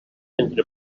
entre